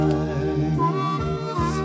eyes